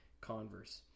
Converse